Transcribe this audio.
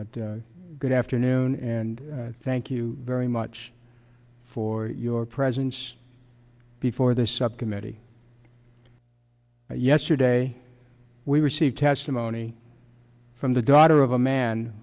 good afternoon and thank you very much for your presence before the subcommittee yesterday we received testimony from the daughter of a man